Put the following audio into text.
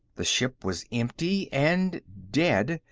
the ship was empty and dead.